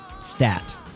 stat